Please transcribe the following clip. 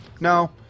no